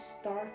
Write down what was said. start